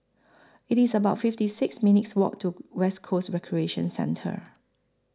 IT IS about fifty six minutes' Walk to West Coast Recreation Centre